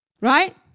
right